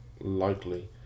likely